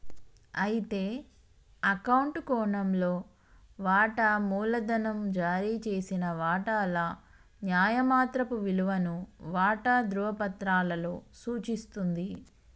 అయితే అకౌంట్ కోణంలో వాటా మూలధనం జారీ చేసిన వాటాల న్యాయమాత్రపు విలువను వాటా ధ్రువపత్రాలలో సూచిస్తుంది